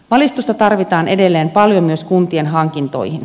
valistusta tarvitaan edelleen paljon myös kuntien hankintoihin